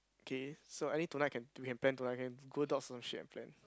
okay so I think tonight can we can plan tonight can google docs some shit and plan